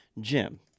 Jim